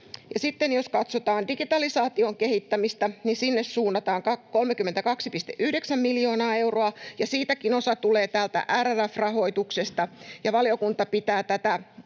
Sitten jos katsotaan digitalisaation kehittämistä, niin sinne suunnataan 32,9 miljoonaa euroa, ja siitäkin osa tulee täältä RRF-rahoituksesta. Valiokunta pitää tätä